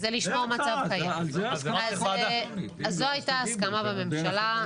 אז זאת הייתה ההסכמה בממשלה.